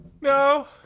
No